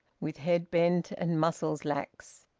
with head bent and muscles lax.